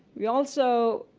we also